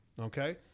okay